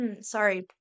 Sorry